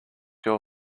your